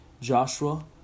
Joshua